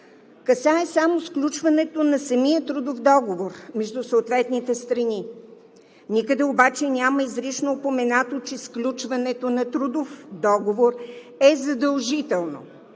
касае само сключването на самия трудов договор между съответните страни. Никъде обаче няма изрично упоменато, че сключването на трудов договор е задължително